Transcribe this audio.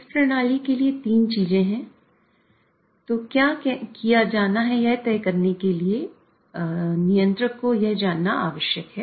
इस प्रणाली के लिए तीन चीजें हैं जो क्या किया जाना है तय करने के लिए चाहिए नियंत्रक को जानना आवश्यक है